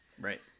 right